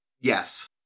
Yes